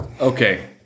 Okay